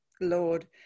Lord